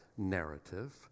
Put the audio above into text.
narrative